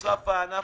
בנוסף הענף